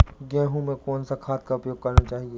गेहूँ में कौन सा खाद का उपयोग करना चाहिए?